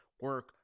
Work